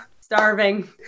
starving